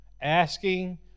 asking